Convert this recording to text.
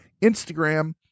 instagram